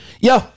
Yo